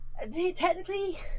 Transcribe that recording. technically